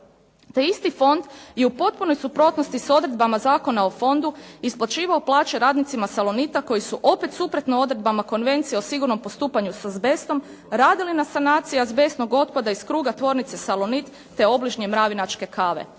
Taj isti fond je u potpunoj suprotnosti s odredbama Zakona o fondu, isplaćivao plaće radnicima "Salonita" koji su opet suprotno odredbama Konvenciji o sigurnom postupanju s azbestom radili na sanaciji azbestnog otpada iz kruga tvornice "Salonit" te obližnje Mravinačke kave.